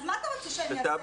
אז מה אתה רוצה שאני אגיד לה?